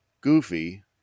Goofy